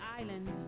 island